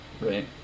right